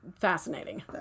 fascinating